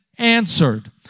Answered